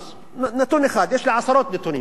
יש לי עשרות נתונים כאן,